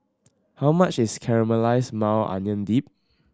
how much is Caramelize Maui Onion Dip